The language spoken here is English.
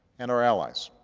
and our allies.